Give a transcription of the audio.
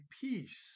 peace